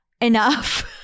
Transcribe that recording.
enough